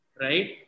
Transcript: Right